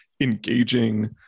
engaging